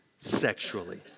sexually